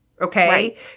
Okay